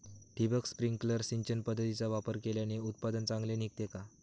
ठिबक, स्प्रिंकल सिंचन पद्धतीचा वापर केल्याने उत्पादन चांगले निघते का?